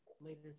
later